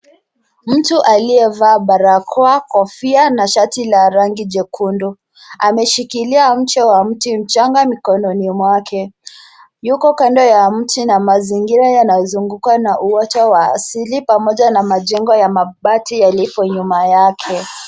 Mtu aliyevaa barakoa, kofia na shati la rangi nyekundu ameshikilia mche wa mti mchanga mikononi mwake. Yuko kando ya mti na mazingira yanayozungukwa na uoto wa asili pamoja na majengo ya mabati yalipo nyuma yake.